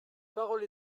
parole